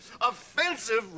offensive